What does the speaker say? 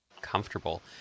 comfortable